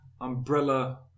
umbrella